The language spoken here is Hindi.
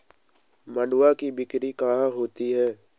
मंडुआ की बिक्री कहाँ होती है?